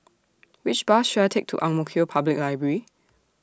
Which Bus should I Take to Ang Mo Kio Public Library